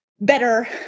better